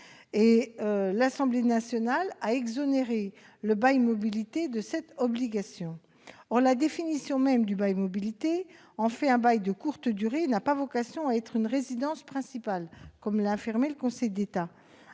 L'Assemblée nationale a exonéré le bail mobilité de cette obligation. La définition même du bail mobilité en fait un bail de courte durée ; il n'a donc pas vocation à servir pour une résidence principale, selon le Conseil d'État